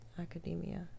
academia